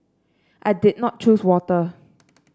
I did not choose water